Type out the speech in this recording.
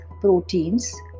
proteins